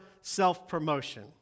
self-promotion